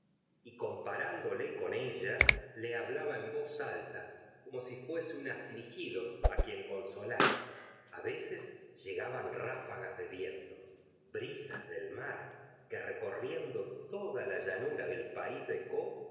y comparándole con ella le hablaba en voz alta como si fuese un afligido quien consolase a veces llegaban ráfagas de viento brisas del mar que recorriendo toda la llanura del pais de caux